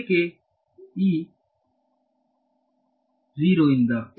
ಏಕೆ ಇಂದ ನಿರಂತರ ಕಾನ್ಸ್ಟೆಂಟ್ ಇರಬೇಕು